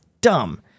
dumb